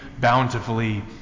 bountifully